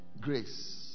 grace